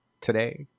today